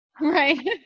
Right